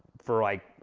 for like,